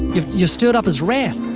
you've you've stirred up as wrath.